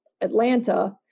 Atlanta